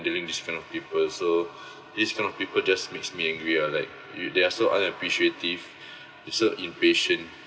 dealing with this kind of people so this kind of people just makes me angry uh like you they're so unappreciative so impatient